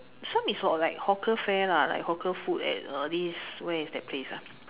some is for like hawker fare lah like hawker food at this where is that place ah